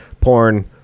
porn